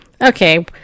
okay